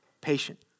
Patient